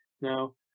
Now